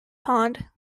pond